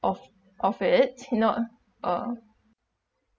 of of it you know uh